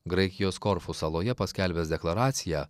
graikijos korfu saloje paskelbęs deklaraciją